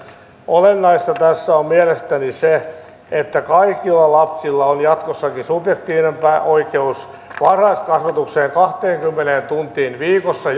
olennaista tässä on mielestäni se että kaikilla lapsilla on jatkossakin subjektiivinen oikeus varhaiskasvatukseen kahteenkymmeneen tuntiin viikossa